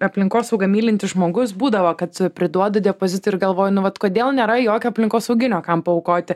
aplinkosaugą mylintis žmogus būdavo kad priduodu depozitą ir galvoju nu vat kodėl nėra jokio aplinkosauginio kam paaukoti